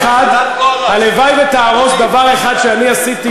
הגלגולים שלכם, איך הדיחו אותך מלהיות שר התקשורת?